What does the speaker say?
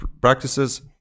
practices